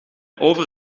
over